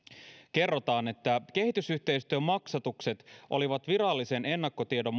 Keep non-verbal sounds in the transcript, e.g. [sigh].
kerrotaan että kehitysyhteistyön maksatukset olivat virallisen ennakkotiedon [unintelligible]